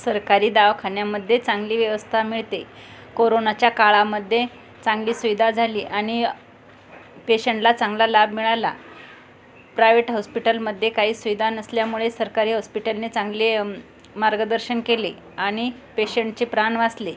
सरकारी दवाखान्यामध्ये चांगली व्यवस्था मिळते कोरोनाच्या काळामध्ये चांगली सुविधा झाली आणि पेशंटला चांगला लाभ मिळाला प्रायवेट हॉस्पिटलमध्ये काही सुविधा नसल्यामुळे सरकारी ऑस्पिटलने चांगले मार्गदर्शन केले आणि पेशंटचे प्राण वाचले